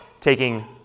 taking